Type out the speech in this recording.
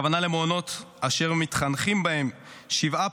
הכוונה למעונות אשר מתחנכים בהם שבעה